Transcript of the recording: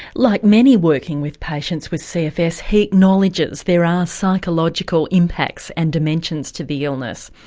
like many working with patients with cfs he acknowledges there are psychological impacts and dimensions to the illness.